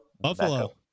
Buffalo